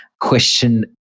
question